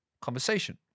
conversation